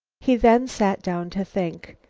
he then sat down to think.